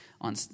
on